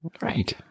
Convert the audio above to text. Right